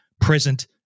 present